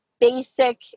basic